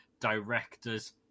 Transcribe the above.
Director's